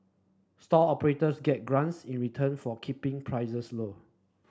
stall operators get grants in return for keeping prices low